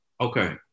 Okay